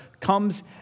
comes